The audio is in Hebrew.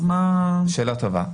שאלה טובה.